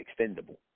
extendable